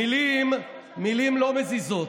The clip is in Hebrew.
מילים לא מזיזות,